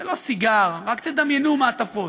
זה לא סיגר, רק תדמיינו מעטפות.